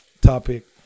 topic